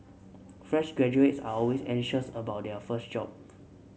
fresh graduates are always anxious about their first job